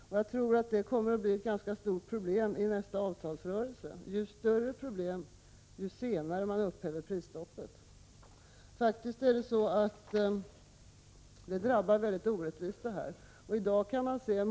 Jag tror detta kommer att bli ett ganska stort problem i nästa avtalsrörelse — ett större problem ju senare man upphäver prisstoppet. Prisstoppet drabbar mycket orättvist.